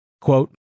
Quote